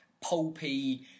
pulpy